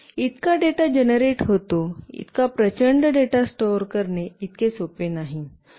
इतका data generate होतो इतका प्रचंड डेटा स्टोर करणे इतके सोपे नाही